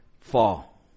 fall